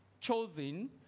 chosen